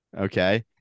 Okay